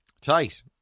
Tight